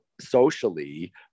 socially